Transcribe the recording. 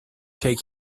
take